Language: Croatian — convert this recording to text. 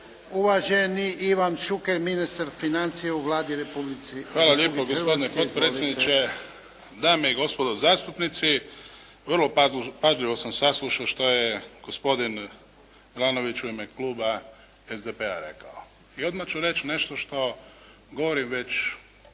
Uvaženi Ivan Šuker ministar financija u Vladi Republike Hrvatske. Izvolite. **Šuker, Ivan (HDZ)** Dame i gospodo zastupnici. Vrlo pažljivo sam saslušao što je gospodin Milanović u ime kluba SDP-a rekao. I odmah ću reći nešto što govorim već